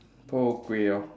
pole grey lor